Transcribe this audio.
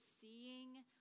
seeing